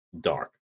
dark